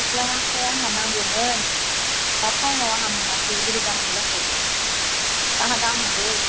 गस्लाया ओमफ्राय आंहा नांगौमोन दा टाइमाव आंहा मोनासै मारै जानांगौ जाखो आंहा गाननांगौ